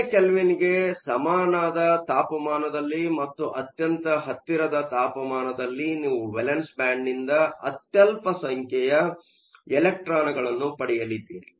0 ಕೆಲ್ವಿನ್ಗೆ ಸಮನಾದ ತಾಪಮಾನದಲ್ಲಿ ಮತ್ತು ಅತ್ಯಂತ ಹತ್ತಿರದ ತಾಪಮಾನದಲ್ಲಿ ನೀವು ವೇಲೆನ್ಸ್ ಬ್ಯಾಂಡ್ನಿಂದ ಅತ್ಯಲ್ಪ ಸಂಖ್ಯೆಯ ಎಲೆಕ್ಟ್ರಾನ್ಗಳನ್ನು ಪಡೆಯಲಿದ್ದೀರಿ